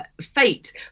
fate